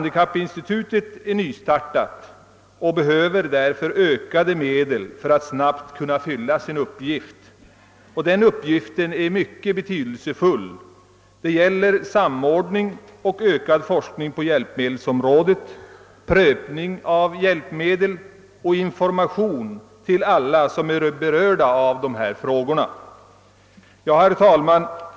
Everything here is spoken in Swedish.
Detta institut är nystartat och behöver därför ökade medel för att snabbt fylla sin uppgift. Den är mycket betydelsefull. Det gäller att åstadkomma samordning och ökad forskning på hjälpmedelsområdet, prövning av hjälpmedel och information till alla som är berörda av dessa frågor. Herr talman!